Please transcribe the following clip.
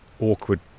awkward